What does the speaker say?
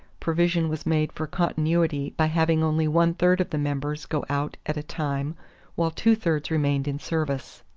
provision was made for continuity by having only one-third of the members go out at a time while two-thirds remained in service.